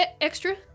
Extra